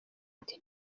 ati